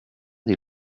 des